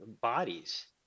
bodies